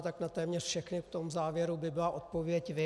Tak na téměř všechny v tom závěru by byla odpověď vy.